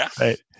right